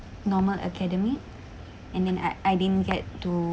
normal academic and then I I didn't get to